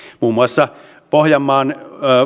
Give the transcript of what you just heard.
muun muassa pohjanmaalla